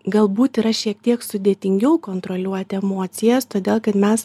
galbūt yra šiek tiek sudėtingiau kontroliuoti emocijas todėl kad mes